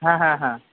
হ্যাঁ হ্যাঁ হ্যাঁ